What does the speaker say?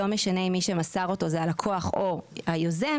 ולא משנה מי מסר אותו הלקוח או היוזם